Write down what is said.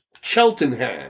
Cheltenham